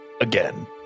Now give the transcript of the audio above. again